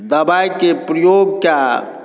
दवाइके प्रयोक कऽ